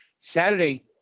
Saturday